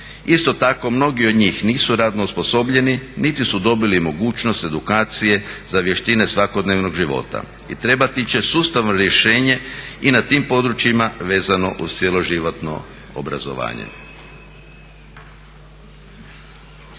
Isto tako mnogi od njih nisu radno osposobljeni niti su dobili mogućnost edukacije za vještine svakodnevnog života i trebati će sustavno rješenje i na tim područjima vezano uz cjeloživotno obrazovanje.